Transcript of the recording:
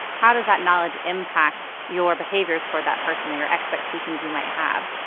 how does that knowledge impact your behaviors toward that person or your expectations you might have?